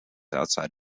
outside